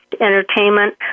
entertainment